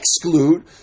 Exclude